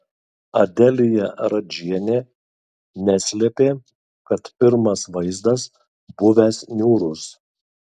adelija radžienė neslėpė kad pirmas vaizdas buvęs niūrus